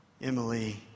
Emily